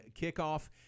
kickoff